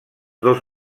dos